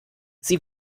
sie